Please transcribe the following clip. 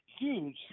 huge